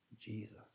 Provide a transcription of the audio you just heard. Jesus